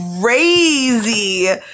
crazy